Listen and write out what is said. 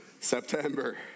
September